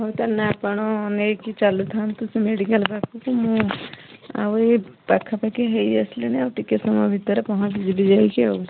ହଉ ତା'ହେଲେ ଆପଣ ନେଇକି ଚାଲୁଥାନ୍ତୁ ସେ ମେଡ଼ିକାଲ ପାଖକୁ ମୁଁ ଆଉ ପାଖା ପାଖି ହେଇ ଆସିଲିଣି ଆଉ ଟିକେ ସମୟ ଭିତରେ ପହଞ୍ଚିଯିବି ଯାଇକି